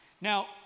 now